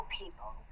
people